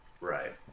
Right